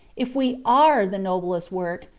if we are the noblest work,